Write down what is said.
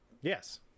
yes